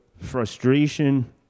frustration